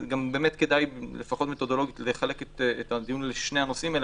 כדאי לפחות מתודולוגית לחלק את הדיון לשני הנושאים האלה.